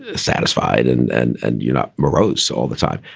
ah satisfied. and and and you're not morose all the time.